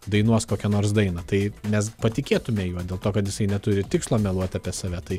dainuos kokią nors dainą tai mes patikėtume juo dėl to kad jisai neturi tikslo meluot apie save tai